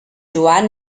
joan